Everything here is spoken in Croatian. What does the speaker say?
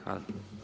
Hvala.